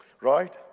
Right